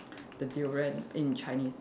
the durian in Chinese